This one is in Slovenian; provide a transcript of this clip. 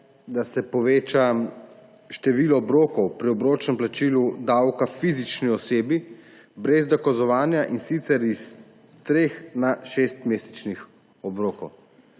da se poveča število obrokov pri obročnem plačilu davka fizični osebi brez dokazovanja, in sicer s treh na šest mesečnih obrokov.